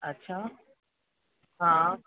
अच्छा हा